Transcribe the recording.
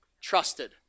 Trusted